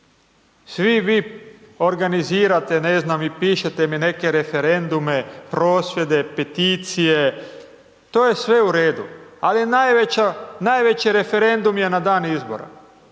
Svi vi organizirate, ne znam i pišete mi neke referendume, prosvjede, peticije, to je sve u redu, ali najveći referendum je na dan izbora,